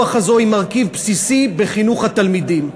עד כמה הרוח הזאת היא מרכיב בסיסי בחינוך התלמידים.